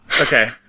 okay